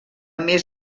més